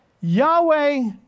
Yahweh